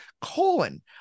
colon